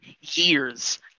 years